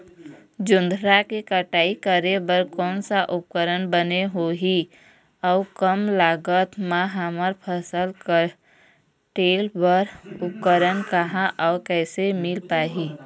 जोंधरा के कटाई करें बर कोन सा उपकरण बने होही अऊ कम लागत मा हमर फसल कटेल बार उपकरण कहा अउ कैसे मील पाही?